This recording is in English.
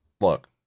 look